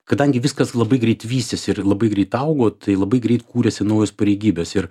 kadangi viskas labai greit vystėsi ir labai greitai augo tai labai greit kūrėsi naujos pareigybės ir